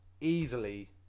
easily